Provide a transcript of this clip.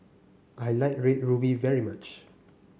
I like Red Ruby very much